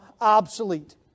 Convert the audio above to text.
obsolete